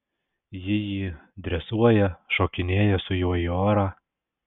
ji jį dresuoja šokinėja su juo į orą